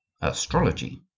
astrology